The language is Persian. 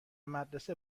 مدرسه